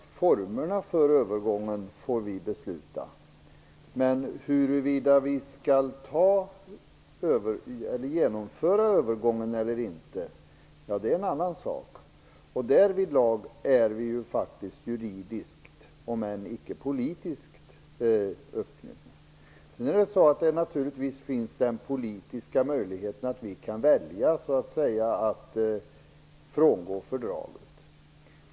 Formerna för övergången får vi besluta, men huruvida vi skall genomföra övergången eller inte är en annan sak. Därvidlag är vi faktiskt juridiskt om än icke politiskt uppknutna. Naturligtvis finns den politiska möjligheten att vi kan välja att frångå fördraget.